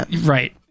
right